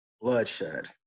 bloodshed